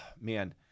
man